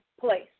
place